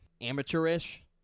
amateurish